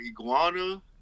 Iguana